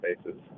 spaces